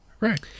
Right